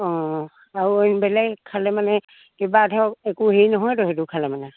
অঁ আৰু বেলেগ খালে মানে কিবা এ ধৰক একো হেৰি নহয় তো সেইটো খালে মানে